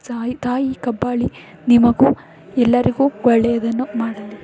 ಸಾಯಿ ತಾಯಿ ಕಬ್ಬಾಳಿ ನಿಮಗೂ ಎಲ್ಲರಿಗೂ ಒಳ್ಳೆಯದನ್ನು ಮಾಡಲಿ